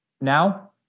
now